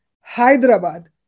Hyderabad